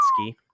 ski